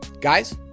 Guys